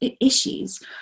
issues